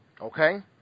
okay